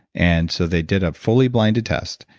and so they did a fully blinded test,